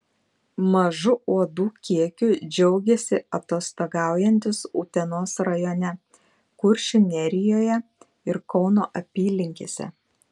mažu uodų kiekiu džiaugėsi atostogaujantys utenos rajone kuršių nerijoje ir kauno apylinkėse